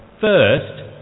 First